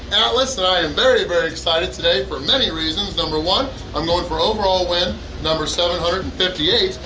atlas, and i am very very excited today for many reasons. number one i'm going for overall win number seven hundred and fifty eight,